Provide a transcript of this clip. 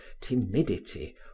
timidity